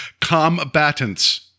combatants